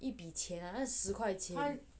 好像十块钱